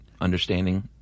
understanding